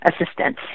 assistant